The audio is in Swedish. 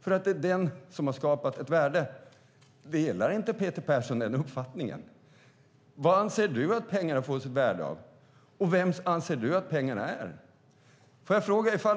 för det är den personen som har skapat ett värde. Delar inte Peter Persson den uppfattningen? Vad anser du att pengarna får sitt värde av? Och vems anser du att pengarna är? Jag skulle vilja ställa en fråga.